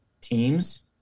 teams